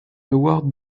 award